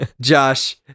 Josh